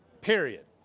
Period